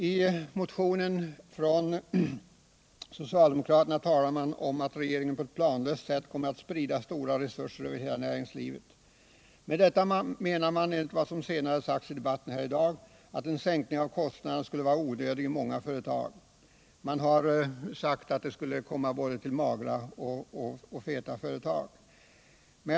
I socialdemokraternas motion i denna fråga talas om att regeringen på ett planlöst sätt kommer att sprida stora resurser över hela näringslivet. Med detta menar man enligt vad som senare sagts i debatten här i dag att en sänkning av kostnaderna skulle vara onödig i många företag. Man har sagt att sänkningen skulle komma både magra och feta företag till del.